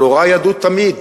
אבל הורי ידעו תמיד